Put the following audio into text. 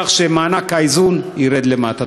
כך שמענק האיזון ירד למטה.